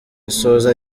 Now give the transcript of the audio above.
asoza